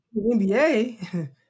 NBA